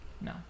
No